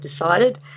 decided